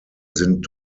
sind